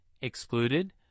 excluded